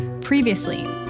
Previously